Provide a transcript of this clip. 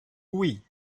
oui